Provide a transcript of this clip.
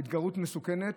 התגרות מסוכנת,